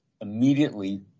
immediately